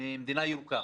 ממדינה ירוקה?